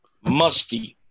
musty